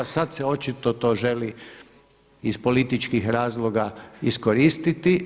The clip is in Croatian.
Sad se očito to želi iz političkih razloga iskoristiti.